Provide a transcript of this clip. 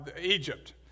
Egypt